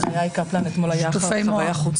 את בפעם שנייה.